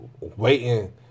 waiting